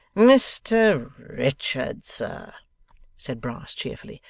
mr richard, sir said brass cheerfully,